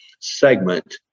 segment